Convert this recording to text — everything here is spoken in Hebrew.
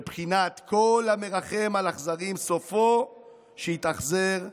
בבחינת כל המרחם על אכזרים, סופו שיתאכזר לרחמנים.